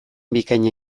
bikaina